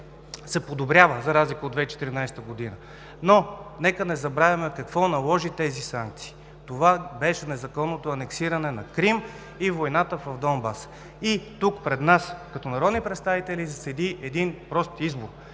се подобрява за разлика от 2014 г., но нека не забравяме какво наложи тези санкции. Това беше незаконното анексиране на Крим и войната в Донбас. И тук, пред нас, като народни представители седи един прост избор